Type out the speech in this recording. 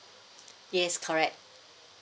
yes correct